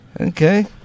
Okay